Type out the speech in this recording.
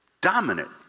dominant